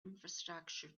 infrastructure